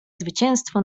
zwycięstwo